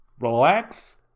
relax